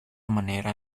manera